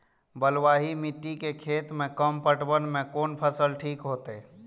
बलवाही मिट्टी के खेत में कम पटवन में कोन फसल ठीक होते?